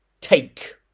take